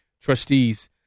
Trustees